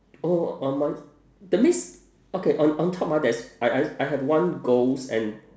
oh uh my that means okay on on top ah there's I I I have one ghost and